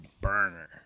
burner